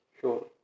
sure